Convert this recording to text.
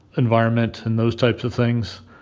environment and those types of things?